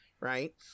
right